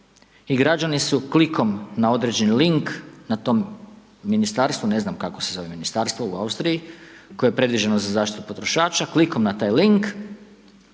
i građani su klikom na određeni link, na tom ministarstvu, ne znam, kako se zove ministarstvo u Austriji, koje je predviđeno za zaštitu potrošača, klikom na taj link,